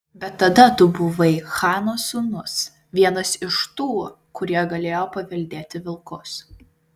bet tada tu buvai chano sūnus vienas iš tų kurie galėjo paveldėti vilkus